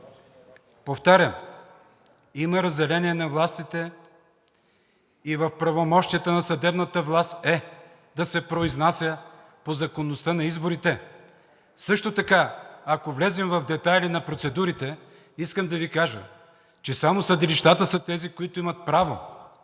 Повтарям, има разделение на властите и в правомощията на съдебната власт е да се произнася по законността на изборите. Също така, ако влезем в детайли на процедурите, искам да Ви кажа, че само съдилищата са тези, които имат право